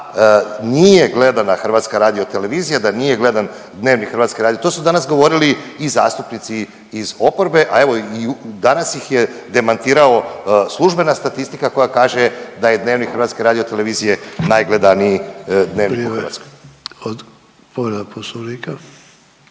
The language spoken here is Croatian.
da nije gledana HRT, da nije gledan Dnevnik Hrvatske radio, to su danas govorili i zastupnici iz oporbe, a evo danas ih je demantirao službena statistika koja kaže da je „Dnevnik“ HRT-a najgledaniji „Dnevnik“ u Hrvatskoj. **Sanader, Ante